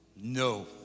No